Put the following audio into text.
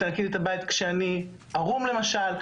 תנקי את הבית כשאני עירום למשל,